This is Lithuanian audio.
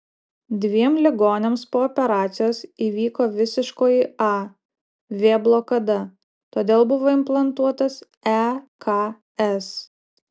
dviem ligoniams po operacijos įvyko visiškoji a v blokada todėl buvo implantuotas eks